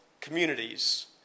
communities